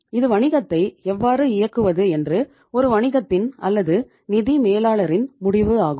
இது வணிகத்தை எவ்வாறு இயக்குவது என்று ஒரு வணிகத்தின் அல்லது நிதி மேலாளரின் முடிவு ஆகும்